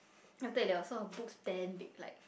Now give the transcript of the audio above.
after A-levels so her boobs damn big like